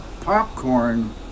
popcorn